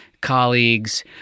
colleagues –